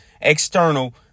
external